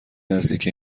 نزدیک